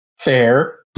Fair